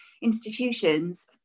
institutions